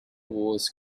wars